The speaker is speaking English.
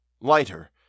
lighter